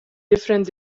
different